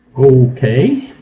okay,